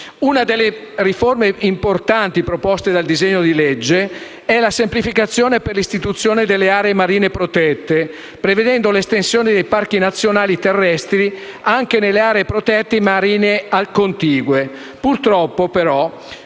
Una delle riforme importanti proposte dal disegno di legge è la semplificazione per l’istituzione delle aree marine protette prevedendo l’estensione dei parchi nazionali terrestri anche nelle aree protette marine contigue. Purtroppo, però,